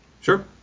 Sure